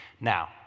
Now